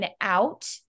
out